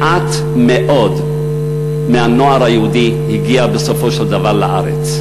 מעט מאוד מהנוער היהודי הגיע בסופו של דבר לארץ.